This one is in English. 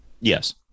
Yes